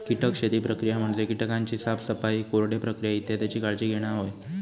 कीटक शेती प्रक्रिया म्हणजे कीटकांची साफसफाई, कोरडे प्रक्रिया इत्यादीची काळजी घेणा होय